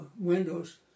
windows